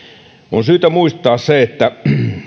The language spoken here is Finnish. on syytä muistaa se että